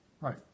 Right